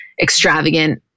extravagant